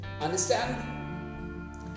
Understand